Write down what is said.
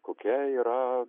kokia yra